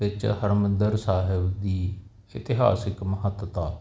ਵਿਚ ਹਰਿਮੰਦਰ ਸਾਹਿਬ ਦੀ ਇਤਿਹਾਸਿਕ ਮਹੱਤਤਾ